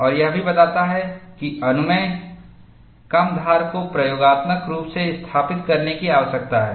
और यह भी बताता है कि अनुमेय कम धार को प्रयोगात्मक रूप से स्थापित करने की आवश्यकता है